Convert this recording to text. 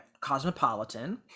Cosmopolitan